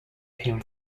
him